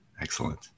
Excellent